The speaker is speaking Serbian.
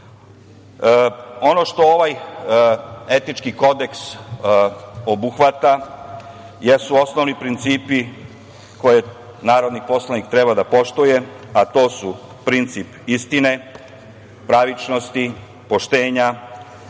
što ovaj etički kodeks obuhvata jesu osnovni principi koje narodni poslanik treba da poštuje, a to su princip istine, pravičnosti, poštenja,